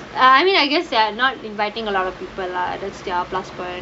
I mean I guess they're not inviting a lot of people lah that's their plus point